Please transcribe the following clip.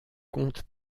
compte